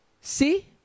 See